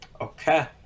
Okay